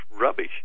rubbish